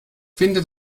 finde